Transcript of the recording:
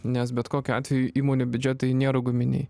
nes bet kokiu atveju įmonių biudžetai nėra guminiai